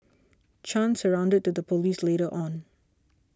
Chan surrendered to the police later on